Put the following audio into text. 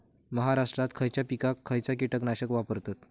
महाराष्ट्रात खयच्या पिकाक खयचा कीटकनाशक वापरतत?